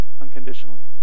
unconditionally